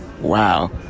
Wow